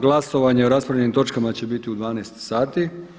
Glasovanje o raspravljenim točkama će biti u 12 sati.